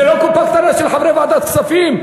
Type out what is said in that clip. זה לא קופה קטנה של חברי ועדת הכספים.